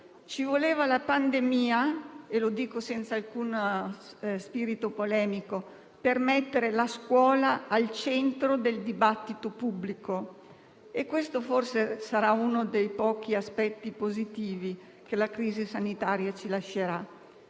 Ci voleva la pandemia - lo dico senza alcuno spirito polemico - per mettere la scuola al centro del dibattito pubblico? Questo forse sarà uno dei pochi aspetti positivi che la crisi sanitaria ci lascerà.